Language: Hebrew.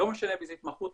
לא משנה באיזה התמחות,